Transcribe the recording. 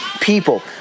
people